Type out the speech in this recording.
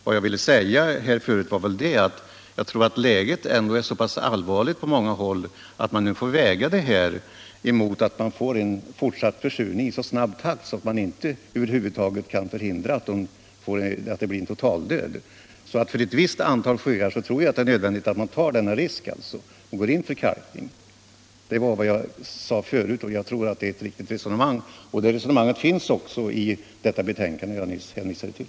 Vad jag förut ville säga var att jag tror att läget är så pass allvarligt på många håll att man får väga riskerna med kalkning mot risken för fortsatt försurning i så snabb takt att man över huvud taget inte kan förhindra en total död. För ett visst antal sjöar tror jag att det är nödvändigt att man tar risken att gå in för kalkning. Ett sådant resonemang finns också i det betänkande som jag nyss hänvisade till.